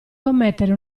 commettere